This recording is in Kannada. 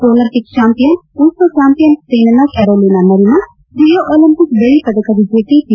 ಒಲಿಂಪಿಕ್ ಚಾಂಪಿಯನ್ ವಿಶ್ವ ಚಾಂಪಿಯನ್ ಸ್ವೇನ್ನ ಕ್ನಾರೋಲಿನ ಮರಿನ್ ರಿಯೋ ಒಲಿಂಪಿಕ್ ಬೆಳ್ದ ಪದಕ ವಿಜೇತೆ ಪಿ